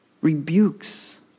rebukes